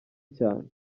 cyane